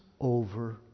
over